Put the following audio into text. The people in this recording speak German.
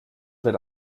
wird